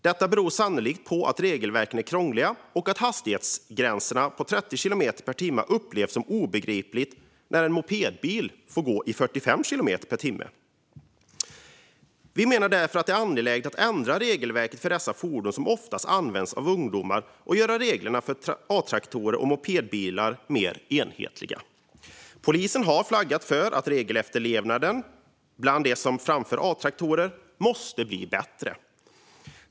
Detta beror sannolikt på att regelverken är krångliga och att hastighetsgränsen på 30 kilometer per timme upplevs som obegriplig när en mopedbil får gå i 45 kilometer per timme. Vi menar därför att det är angeläget att ändra regelverket för dessa fordon, som oftast används av ungdomar, och göra reglerna för A-traktorer och mopedbilar mer enhetliga. Polisen har flaggat för att regelefterlevnaden bland dem som framför A-traktorer måste bli bättre.